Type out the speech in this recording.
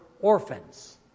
orphans